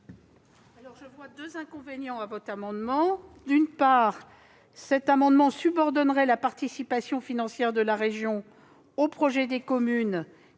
Je vois un inconvénient à votre amendement : il tend à subordonner la participation financière de la région aux projets des communes